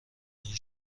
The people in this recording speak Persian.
این